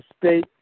state